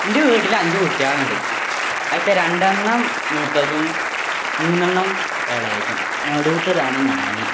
എന്റെ വീട്ടിൽ അഞ്ചു കുട്ടികളുണ്ട് ആദ്യത്തെ രണ്ടെണ്ണം മൂത്തതും മുന്നെണ്ണം എളയതും നടുത്തതാണ് ഞാൻ